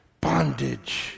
bondage